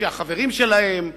החברים שלהם,